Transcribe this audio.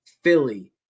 Philly